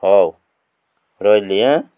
ହଉ ରହିଲି ଏଁ